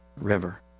River